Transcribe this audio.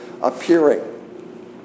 appearing